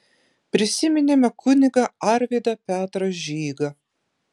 prisiminėme kunigą arvydą petrą žygą